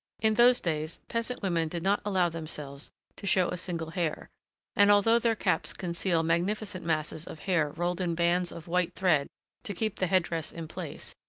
in those days, peasant-women did not allow themselves to show a single hair and although their caps conceal magnificent masses of hair rolled in bands of white thread to keep the head-dress in place,